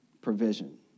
provision